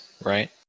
right